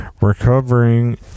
recovering